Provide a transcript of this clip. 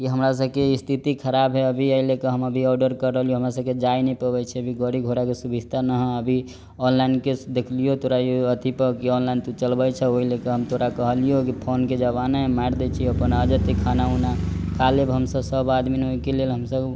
की हमरासबके स्थिति खराब हए अभी अइलेके हम अभी आर्डर कर रहलियौ हमरासबके जाइ नहि पबै छै अभी गड़ी घोड़ाके सुभिस्ता नहि है अभी ऑनलाइनके देखलियौ तोरा अथी पऽ की ऑनलाइन तू चलबै छ ओही लए कऽ हम तोरा कहलियौ की फोनके जमाना है मारि दै छियौ अपन आ जेतै खाना उना खा लेब हमसब सब आदमी ओइके लेल हमसब